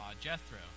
Jethro